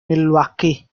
milwaukee